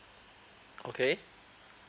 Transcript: okay